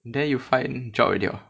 then you find job already or